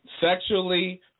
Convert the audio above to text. sexually